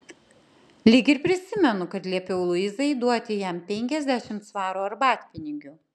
lyg ir prisimenu kad liepiau luisai duoti jam penkiasdešimt svarų arbatpinigių